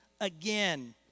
again